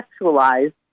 sexualized